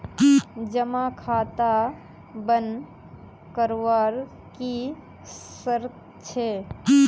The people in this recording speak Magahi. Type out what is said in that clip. जमा खाता बन करवार की शर्त छे?